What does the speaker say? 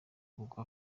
kuko